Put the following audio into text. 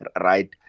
right